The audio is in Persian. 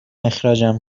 اخراجم